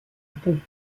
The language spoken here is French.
ponts